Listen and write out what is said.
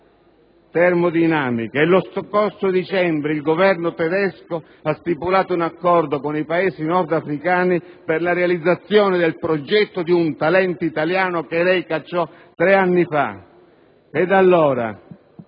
termodinamica. Lo scorso dicembre il Governo tedesco ha stipulato un accordo con i Paesi nordafricani per la realizzazione del progetto di un talento italiano che lei cacciò tre anni fa.